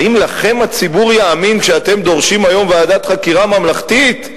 האם לכם הציבור יאמין שאתם דורשים היום ועדת חקירה ממלכתית?